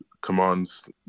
commands